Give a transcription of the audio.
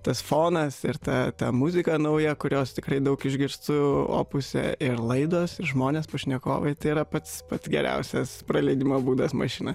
tas fonas ir ta ta muzika nauja kurios tikrai daug išgirstu opuse ir laidos ir žmonės pašnekovai tai yra pats pats geriausias praleidimo būdas mašina